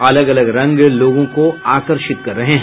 अलग अलग रंग लोगों को आकर्षित कर रहे हैं